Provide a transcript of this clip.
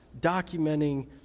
documenting